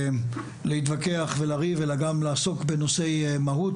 להתווכח ולריב אלא גם לעסוק בנושאי מהות.